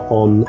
on